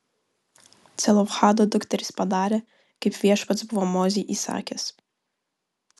celofhado dukterys padarė kaip viešpats buvo mozei įsakęs